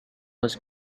was